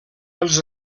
els